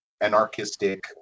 anarchistic